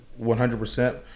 100%